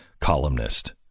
columnist